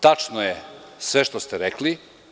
Tačno je sve što ste rekli.